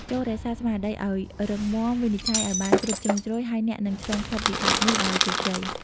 ចូររក្សាស្មារតីឱ្យរឹងមាំ វិនិច្ឆ័យឱ្យបានគ្រប់ជ្រុងជ្រោយ ហើយអ្នកនឹងឆ្លងផុតវិបត្តិនេះដោយជោគជ័យ។